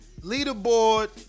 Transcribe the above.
Leaderboard